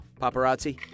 paparazzi